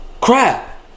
Crap